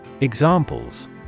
Examples